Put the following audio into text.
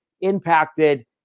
impacted